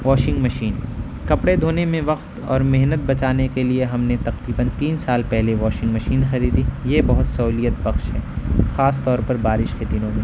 washing machine کپڑے دھونے میں وقت اور محنت بچانے کے لیے ہم نے تقریباً تین سال پہلے واشنگ مشین خریدی یہ بہت سہولیت بخش ہے خاص طور پر بارش کے دنوں میں